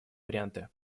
варианты